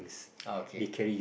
ah okay